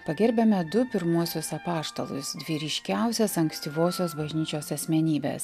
pagerbiame du pirmuosius apaštalus dvi ryškiausias ankstyvosios bažnyčios asmenybes